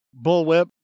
bullwhip